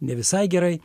ne visai gerai